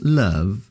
love